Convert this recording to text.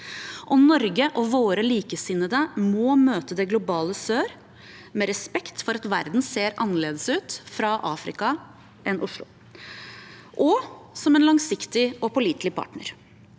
Norge og våre likesinnede må møte det globale sør med respekt for at verden ser annerledes ut fra Afrika enn fra Oslo, og som en langsiktig og pålitelig partner.